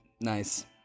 nice